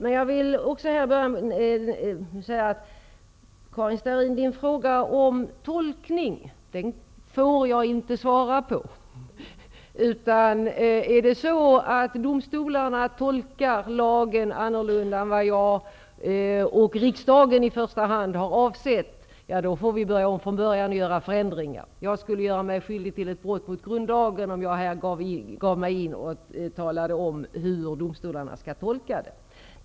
Men jag vill också säga att jag inte får svara på Karin Starrins fråga om tolkningen. Om domstolarna tolkar lagen på annat sätt än vad jag och i första hand riksdagen har avsett, får vi börja om från början och göra förändringar. Jag skulle göra mig skyldig till ett brott mot grundlagen, om jag här talade om hur domstolarna skall tolka lagen.